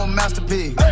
masterpiece